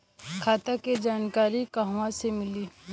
खाता के जानकारी कहवा से मिली?